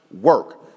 work